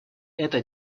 это